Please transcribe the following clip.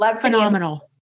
Phenomenal